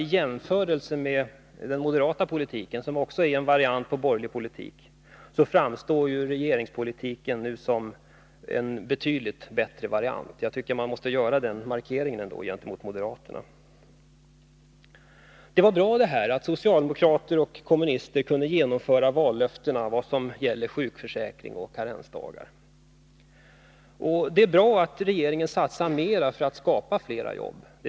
Men jämfört med den moderata politiken, som också är en variant på borgerlig politik, framstår den nu förda regeringspolitiken som en betydligt bättre variant. Det är en markering som jag tycker måste göras. Det var bra att socialdemokraterna och vpk kunde infria vallöftena vad gäller sjukförsäkring och karensdagar. Det är också bra att regeringen satsar mer för att skapa flera jobb.